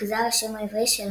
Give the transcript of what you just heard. נגזר השם העברי של המין.